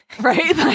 right